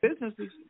businesses